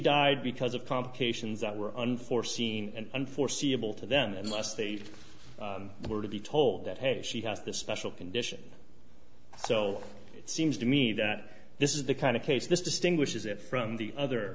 died because of complications that were unforeseen and unforeseeable to them unless they were to be told that hey she has this special condition so it seems to me that this is the kind of case this distinguishes it from the other